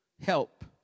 help